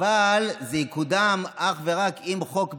אבל זה יקודם אך ורק אם חוק ב',